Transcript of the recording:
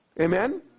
Amen